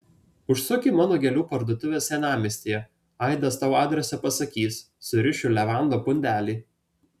užsuk į mano gėlių parduotuvę senamiestyje aidas tau adresą pasakys surišiu levandų pundelį